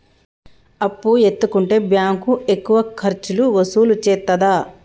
అప్పు ఎత్తుకుంటే బ్యాంకు ఎక్కువ ఖర్చులు వసూలు చేత్తదా?